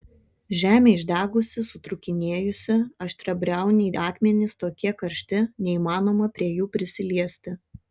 žemė išdegusi sutrūkinėjusi aštriabriauniai akmenys tokie karšti neįmanoma prie jų prisiliesti